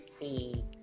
see